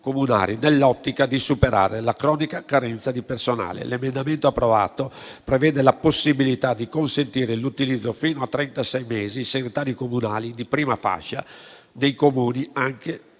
nell'ottica di superare la cronica carenza di personale. L'emendamento approvato prevede la possibilità di consentire l'utilizzo fino a trentasei mesi di segretari comunali di prima fascia nei Comuni anche per